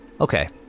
Okay